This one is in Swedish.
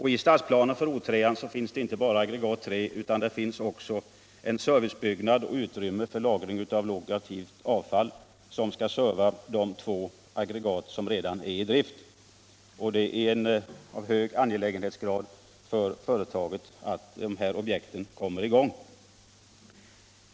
I stadsplanen för O3 finns inte bara aggregat 3 utan också en servicebyggnad samt byggnad för lagring av lågaktivt avfall. Servicebyggnaden skall serva de två aggregat som redan är i drift. Det är angeläget för företaget att byggandet av dessa objekt kommer i gång.